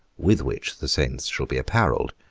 with which the saints shall be apparelled,